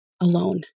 alone